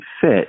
fit